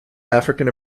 african